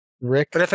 Rick